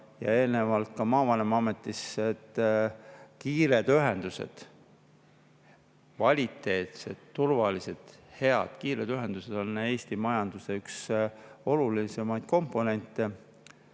ja eelnevalt ka maavanema ametis, on kvaliteetsed, turvalised, head ja kiired ühendused olnud Eesti majanduse üks olulisemaid komponente.